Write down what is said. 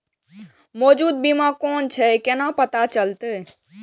मौजूद बीमा कोन छे केना पता चलते?